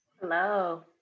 Hello